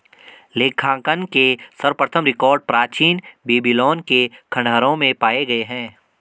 लेखांकन के सर्वप्रथम रिकॉर्ड प्राचीन बेबीलोन के खंडहरों में पाए गए हैं